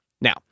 Now